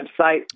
website